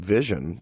vision